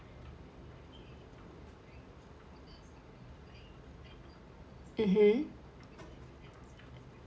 mmhmm